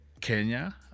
Kenya